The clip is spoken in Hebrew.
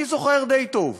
אני זוכר די טוב,